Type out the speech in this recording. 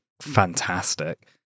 fantastic